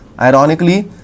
Ironically